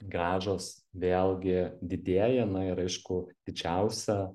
grąžos vėlgi didėja na ir aišku didžiausią